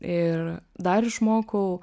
ir dar išmokau